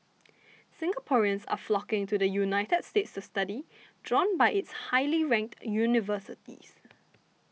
Singaporeans are flocking to the United States to study drawn by its highly ranked universities